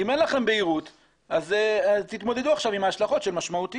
אם אין לכם בהירות אז תתמודדו עכשיו עם ההשלכות של 'משמעותית'.